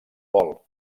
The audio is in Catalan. vol